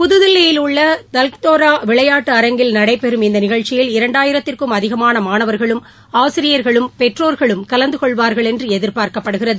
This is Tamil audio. புதுதில்லியிலுள்ள தல்கத்தோரா விளையாட்டு அரங்கில் நடைபெறும் இந்த நிகழ்ச்சியில் இரண்டாயிரத்திற்கும் அதிகமான மாணவா்களும் ஆசிரியாகளும் பெற்றோாகளும் கலந்து கொள்வார்கள் என்று எதிர்பார்க்கப்படுகிறது